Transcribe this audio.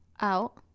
out